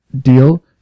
deal